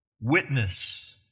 witness